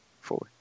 four